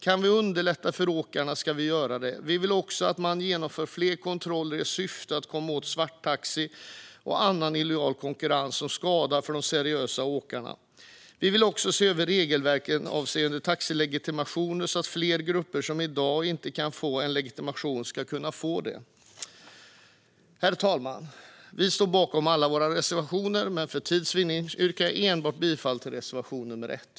Kan vi underlätta för åkarna ska vi göra det. Vi vill att man genomför fler kontroller i syfte att komma åt svarttaxi och annan illojal konkurrens som skadar de seriösa åkarna. Vi vill också se över regelverket avseende taxilegitimationer så att fler grupper som i dag inte kan få legitimation ska kunna få det. Herr talman! Jag står bakom alla våra reservationer, men för tids vinnande yrkar jag bifall enbart till reservation nr 1.